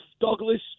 Douglas